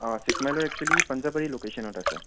অঁ চিক্স মাইলৰ এক্সোৱেলি পাঞ্জাবাৰী লোকেচনত আছে